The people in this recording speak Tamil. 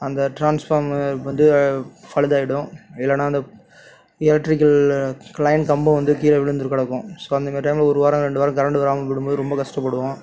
அந்த ட்ரான்ஸ்ஃபார்மு வந்து பழுதாகிடும் இல்லைனா அந்த எலெட்ரிக்கல் லைன் கம்பம் வந்து கீழே விழுந்து கிடக்கும் ஸோ அந்தமாரி டைமில் ஒரு வாரம் ரெண்டு வாரம் கரண்டு வராமல் போய்விடும் போது ரொம்ப கஷ்டப்படுவோம்